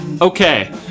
okay